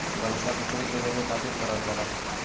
पइसा दूसरे के देवे खातिर करल जाला